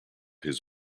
his